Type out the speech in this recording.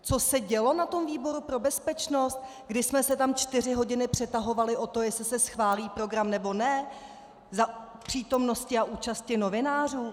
Co se dělo na tom výboru pro bezpečnost, když jsme se tam čtyři hodiny přetahovali o to, jestli se schválí program, nebo ne, za přítomnosti a účasti novinářů?